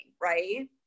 right